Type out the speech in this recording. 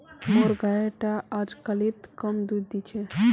मोर गाय टा अजकालित कम दूध दी छ